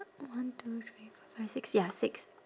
one two three four five six ya six